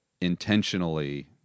intentionally